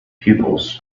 pupils